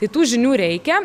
tai tų žinių reikia